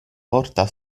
porta